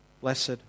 Blessed